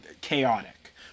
chaotic